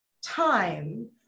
time